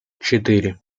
четыре